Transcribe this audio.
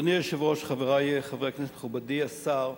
אדוני היושב-ראש, חברי חברי הכנסת, מכובדי השר,